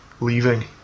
leaving